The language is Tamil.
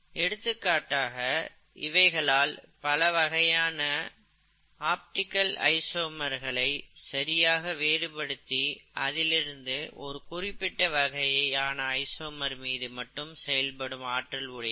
எடுத்துக்காட்டாக இவைகளால் பலவகையான ஆப்டிகல் ஐசோமர்களை சரியாக வேறுபடுத்தி அதிலிருக்கும் ஒரு குறிப்பிட்ட வகையான ஐசோமர் மீது மட்டும் செயல்படும் ஆற்றல் உடையவை